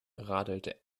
radelte